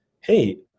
hey